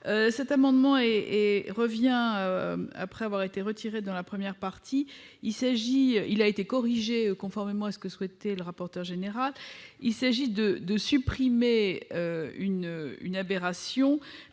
Cet amendement revient, après avoir été retiré lors de la première partie. Il a été corrigé conformément à ce que souhaitait le rapporteur général. Il s'agit de supprimer une aberration.